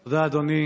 תודה, אדוני.